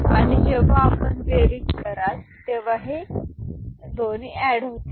आणि जेव्हा आपण बेरीज कराल तेव्हा हे दोन्ही एड होतील